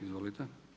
Izvolite.